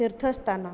ତୀର୍ଥସ୍ଥାନ